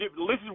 Listen